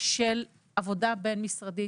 של עבודה בין משרדית,